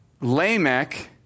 Lamech